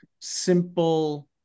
simple